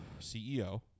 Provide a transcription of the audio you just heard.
CEO